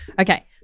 Okay